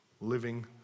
living